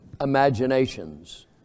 imaginations